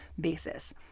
basis